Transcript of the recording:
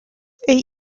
eight